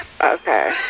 Okay